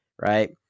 Right